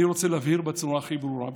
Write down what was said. אני רוצה להבהיר בצורה הכי ברורה,